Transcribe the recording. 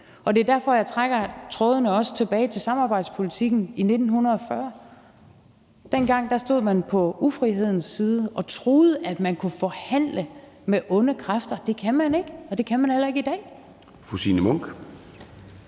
Det er derfor, jeg også trækker trådene tilbage til samarbejdspolitikken i 1940. Dengang stod man på ufrihedens side og troede, at man kunne forhandle med onde kræfter. Det kan man ikke, og det kan man heller ikke i dag.